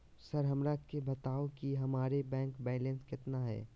Sir हमरा के बताओ कि हमारे बैंक बैलेंस कितना है?